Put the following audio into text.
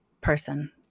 person